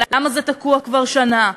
זה תקוע כבר שנה?